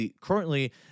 currently